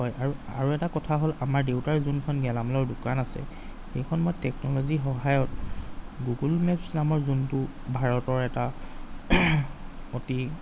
হয় আৰু আৰু এটা কথা হ'ল আমাৰ দেউতাৰ যোনখন গেলামালৰ দোকান আছে সেইখন মই টেকনজিৰ সহায়ত গুগুল মেপ'ছ নামৰ যোনটো ভাৰতৰ এটা অতি